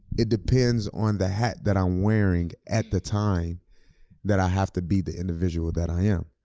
it depends on the hat that i'm wearing at the time that i have to be the individual that i am.